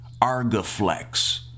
Argaflex